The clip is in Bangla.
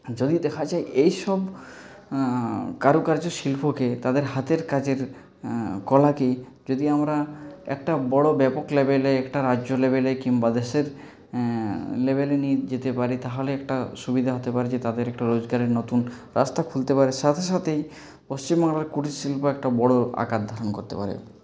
যদি দেখা যায় এইসব কারুকার্য শিল্পকে তাদের হাতের কাজের কলাকে যদি আমরা একটা বড় ব্যাপক লেভেলে একটা রাজ্য লেভেলে কিংবা দেশের লেভেলে নিয়ে যেতে পারি তাহলে একটা সুবিধা হতে পারে যে তাদের একটা রোজগারের নতুন রাস্তা খুলতে পারে সাথে সাথেই পশ্চিমবাংলার কুটির শিল্প একটা বড় আকার ধারণ করতে পারে